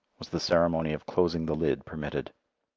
was the ceremony of closing the lid permitted.